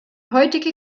heutige